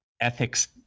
ethics